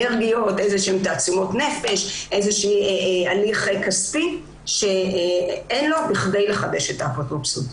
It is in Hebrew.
אנרגיות ותעצומות נפש והליך כספי שאין לו בכדי לחדש את האפוטרופסות.